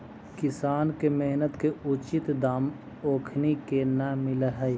किसान के मेहनत के उचित दाम ओखनी के न मिलऽ हइ